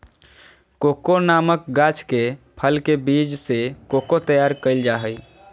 cocoa नामक गाछ के फल के बीज से कोको तैयार कइल जा हइ